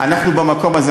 אנחנו במקום הזה,